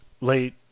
late